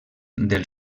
del